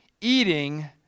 eating